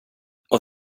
och